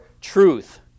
truth